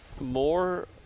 more